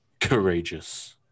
courageous